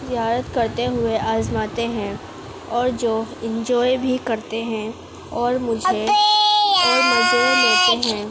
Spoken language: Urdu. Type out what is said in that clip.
زیارت کرتے ہوئے آزماتے ہیں اور جو انجوائے بھی کرتے ہیں اور مجھے مزے لیتے ہیں